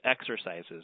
exercises